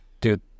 dude